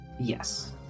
Yes